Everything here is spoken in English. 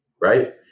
right